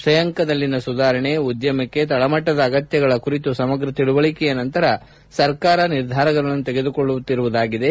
ಶ್ರೇಯಾಂಕದಲ್ಲಿನ ಸುಧಾರಣೆ ಎಂದರೆ ಉದ್ದಮಕ್ಕೆ ತಳಮಟ್ಟದ ಅಗತ್ವತೆಗಳ ಕುರಿತು ಸಮಗ್ರ ತಿಳುವಳಿಕೆಯ ನಂತರ ಸರ್ಕಾರ ನಿರ್ಧಾರಗಳನ್ನು ತೆಗೆದುಕೊಳ್ಳುತ್ತಿದೆ